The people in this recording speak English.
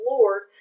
Lord